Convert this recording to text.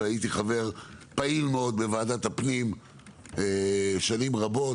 והייתי חבר פעיל מאוד בוועדת הפנים שנים רבות,